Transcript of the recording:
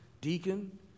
deacon